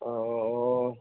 অ অ